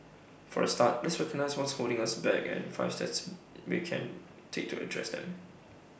for A start let's recognise what's holding us back and the five steps we can take to address them